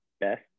best